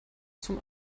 zum